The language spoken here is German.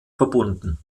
verbunden